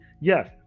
yes